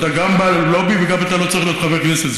אתה גם בלובי וגם אתה לא צריך להיות חבר הכנסת,